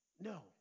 No